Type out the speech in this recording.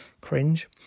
cringe